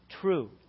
true